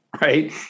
right